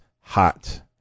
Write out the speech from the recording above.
hot